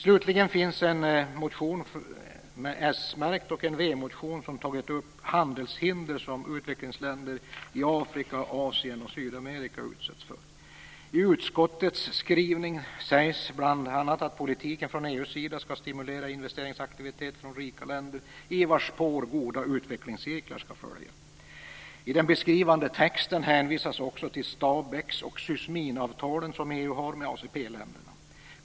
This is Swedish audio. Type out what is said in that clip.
Slutligen finns en s-märkt motion och en v-motion som har tagit upp de handelshinder som utvecklingsländer i Afrika, Asien och Sydamerika utsätts för. I utskottets skrivning sägs bl.a. att politiken från EU:s sida skall stimulera investeringsaktivitet från rika länder i vars spår goda utvecklingscirklar skall följa. I den beskrivande texten hänvisas också till STABEX och SYSMIN-avtalen som EU har med ACP länderna.